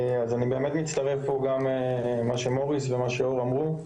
אני מצטרף למה שמוריס ומה שאור אמרו.